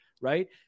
right